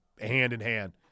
hand-in-hand